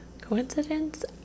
Coincidence